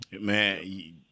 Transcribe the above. Man